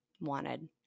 wanted